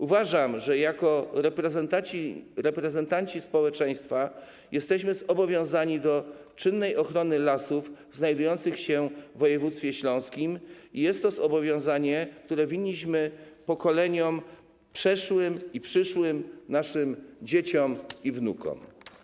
Uważam, że jako reprezentanci społeczeństwa jesteśmy zobowiązani do czynnej ochrony lasów znajdujących się w województwie śląskim i jest to zobowiązanie, które winniśmy pokoleniom przeszłym i przyszłym, naszym dzieciom i wnukom.